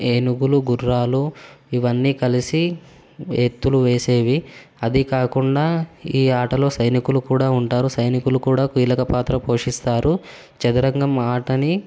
ఏనుగులు గుర్రాలు ఇవన్నీ కలిసి ఎత్తులు వేసేవి అదే కాకుండా ఈ ఆటలో సైనికులు కూడా ఉంటారు సైనికులు కూడా కీలకపాత్ర పోషిస్తారు చదరంగం ఆటని